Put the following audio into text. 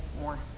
more